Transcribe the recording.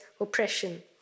oppression